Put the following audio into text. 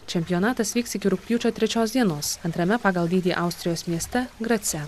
čempionatas vyks iki rugpjūčio trečios dienos antrame pagal dydį austrijos mieste grace